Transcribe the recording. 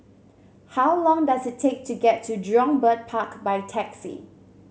how long does it take to get to Jurong Bird Park by taxi